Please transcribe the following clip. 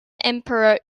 emperor